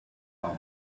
par